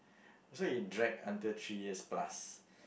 so it drag until three years plus